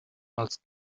als